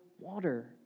water